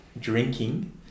drinking